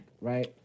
right